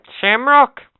Shamrock